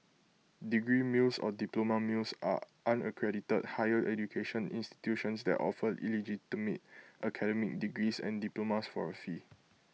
degree mills or diploma mills are unaccredited higher education institutions that offer illegitimate academic degrees and diplomas for A fee